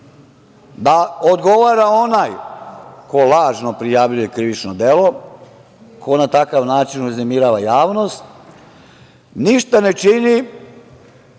da odgovara onaj ko lažno prijavljuje krivično delo, ko na takav način uznemirava javnost, ništa ne čini